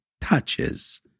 touches